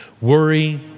worry